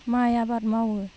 माइ आबाद मावो